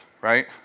right